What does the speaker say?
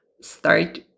Start